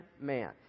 man